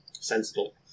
Sensible